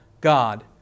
God